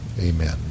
amen